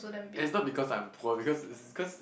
and it's not because I'm poor because is cause